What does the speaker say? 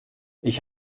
ich